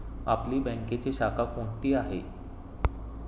आपली बँकेची शाखा कोणती आहे